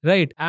Right